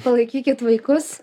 palaikykit vaikus